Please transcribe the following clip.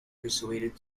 persuaded